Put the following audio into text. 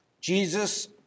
Jesus